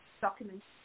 documents